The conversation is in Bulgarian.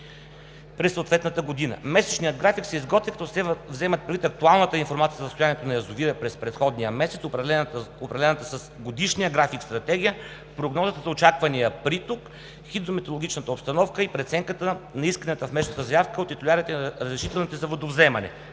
за съответната година. Месечният график се изготвя, като се вземат предвид: актуалната информация за състоянието на язовира през предходния месец; определената с годишния график стратегия; прогнозата за очаквания приток; хидрометеорологичната обстановка и преценката на исканията в месечната заявка от титулярите на разрешителните за водовземане.